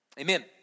amen